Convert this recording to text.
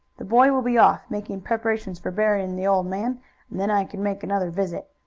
the boy will be off, making preparations for buryin' the old man, and then i can make another visit.